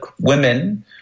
women